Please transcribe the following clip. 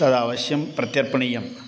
तद् अवश्यं प्रत्यर्पणीयम्